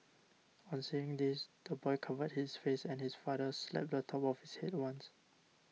on seeing this the boy covered his face and his father slapped the top of his head once